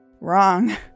Wrong